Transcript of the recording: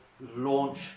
launch